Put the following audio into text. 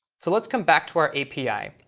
so let's come back to our api,